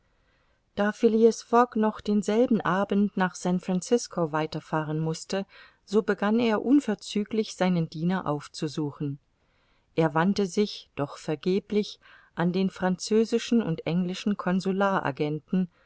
da phileas fogg noch denselben abend nach san francisco weiterfahren mußte so begann er unverzüglich seinen diener aufzusuchen er wandte sich doch vergeblich an den französischen und englischen